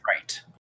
right